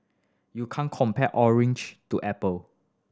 you can't compare orange to apple